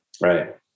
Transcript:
Right